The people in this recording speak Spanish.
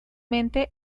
mente